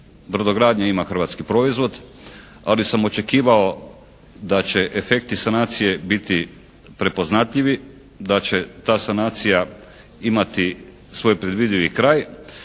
brodogradnja ima hrvatski proizvod. Ali sam očekivao da će efekti sanacije biti prepoznatljivi, da će ta sanacija imati svoj predvidivi kraj.